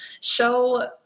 show